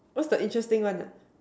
what's the interesting one ah